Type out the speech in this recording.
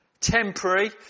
temporary